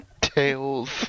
Tails